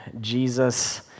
Jesus